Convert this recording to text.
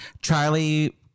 Charlie